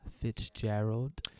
Fitzgerald